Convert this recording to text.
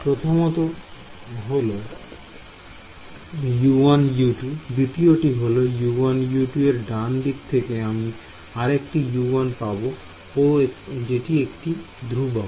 প্রথমটি হলো U1U2 দ্বিতীয় টি হল U1U2 এবং ডান দিক থেকে আমি আরেকটি U1 পাব ও কিছু ধ্রুবক